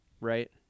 Right